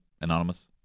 Anonymous